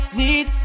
need